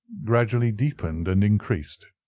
gradually deepened and increased.